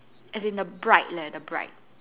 as in the bride leh the bride